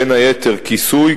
בין היתר כיסוי,